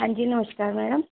ਹਾਂਜੀ ਨਮਸਕਾਰ ਮੈਡਮ